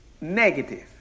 negative